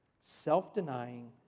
self-denying